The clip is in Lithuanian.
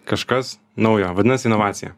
kažkas naujo vadinasi inovacija